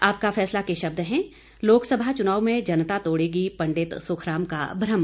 आपका फैसला के शब्द हैं लोकसभा चुनाव में जनता तोड़ेगी पंडित सुखराम का भ्रम